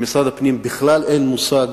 למשרד הפנים בכלל אין מושג